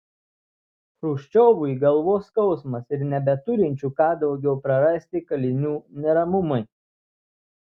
chruščiovui galvos skausmas ir nebeturinčių ką daugiau prarasti kalinių neramumai